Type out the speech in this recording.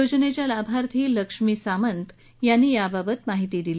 योजनेच्या लाभार्थी लक्ष्मी सामंत यांनी याबाबत माहिती दिली